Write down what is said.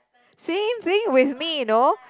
same thing with me you know